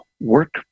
work